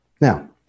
Now